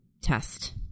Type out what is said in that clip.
test